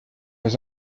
was